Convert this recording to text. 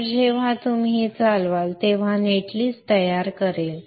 तर जेव्हा तुम्ही हे चालवाल तेव्हा ते नेट लिस्ट तयार करेल